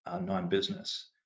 non-business